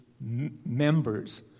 members